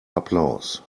applaus